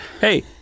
Hey